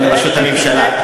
לא לראשות הממשלה.